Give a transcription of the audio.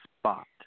spot